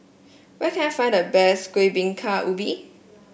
where can I find the best Kueh Bingka Ubi